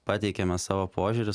pateikiame savo požiūrį